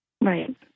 Right